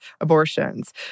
abortions